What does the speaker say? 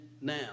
now